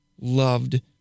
loved